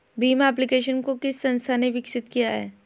Bhim application को किस संस्था ने विकसित किया है?